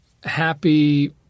happy